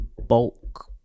bulk